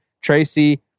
Tracy